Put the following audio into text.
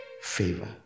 Favor